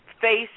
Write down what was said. face